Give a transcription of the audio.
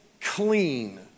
clean